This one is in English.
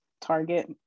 target